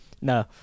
No